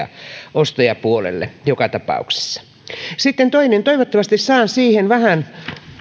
ostajapuolelle joka tapauksessa sitten toinen toivottavasti saan siihen vähän